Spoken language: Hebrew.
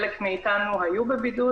חלק מאיתנו היו בבידוד.